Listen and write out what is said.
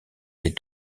des